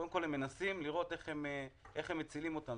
הם קודם כל מנסים לראות איך הם מצילים את עצמם.